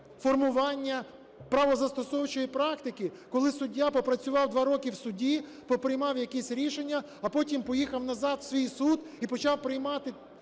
формування правозастосовної практики, коли суддя попрацював 2 роки в суді, поприймав якісь рішення, а потім поїхав назад в свій суд і почав приймати